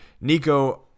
nico